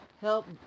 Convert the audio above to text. Help